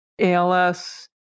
ALS